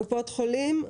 קופות חולים,